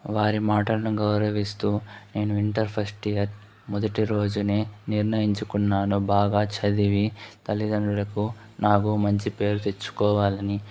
వారి మాటలను గౌరవిస్తూ నేను ఇంటర్ ఫస్ట్ ఇయర్ మొదటి రోజునే నిర్ణయించుకున్నాను బాగా చదివి తల్లిదండ్రులకు నాకు మంచి పేరు తెచ్చుకోవాలని